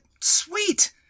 sweet